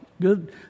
good